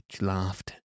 laughed